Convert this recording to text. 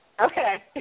Okay